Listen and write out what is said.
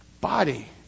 body